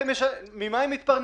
ממה הם יתפרנסו?